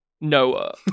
Noah